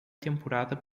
temporada